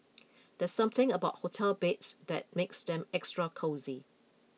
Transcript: there's something about hotel beds that makes them extra cosy